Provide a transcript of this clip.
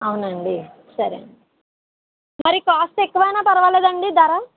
అవును అండి సరే మరి కాస్ట్ ఎక్కువ అయినా పర్వాలేదా అండి ధర